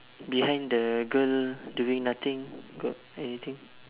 behind the girl doing nothing got anything